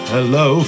Hello